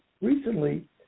recently